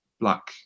black